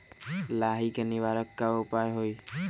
लाही के निवारक उपाय का होई?